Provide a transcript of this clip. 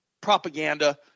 propaganda